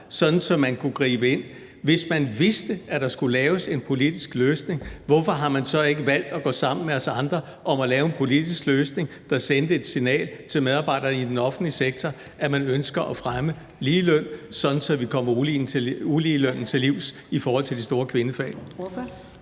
sådan at man kunne gribe ind? Hvis man vidste, at der skulle laves en politisk løsning, hvorfor har man så ikke valgt at gå sammen med os andre om at lave en politisk løsning, der sendte et signal til medarbejdere i den offentlige sektor om, at man ønsker at fremme ligeløn, sådan at vi kommer uligelønnen til livs i forhold til de store kvindefag?